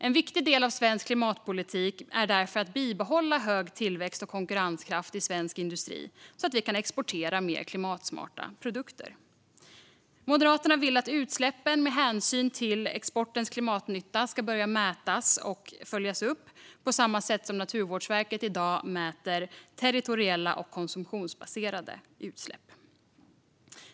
En viktig del av svensk klimatpolitik är därför att bibehålla hög tillväxt och konkurrenskraft i svensk industri så att vi kan exportera mer klimatsmarta produkter. Moderaterna vill att utsläppen, med hänsyn till exportens klimatnytta, ska börja mätas och följas upp på samma sätt som Naturvårdsverket i dag mäter territoriella och konsumtionsbaserade utsläpp.